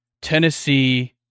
Tennessee